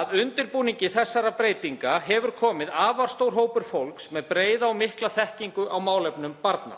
Að undirbúningi þeirra breytinga hefur komið afar stór hópur fólks með breiða og mikla þekkingu á málefnum barna.